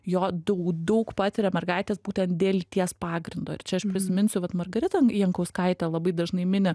jo dau daug patiria mergaitės būtent dėl lyties pagrindo ir čia aš prisiminsiu vat margarita jankauskaitė labai dažnai mini